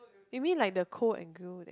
maybe like the coal and grill that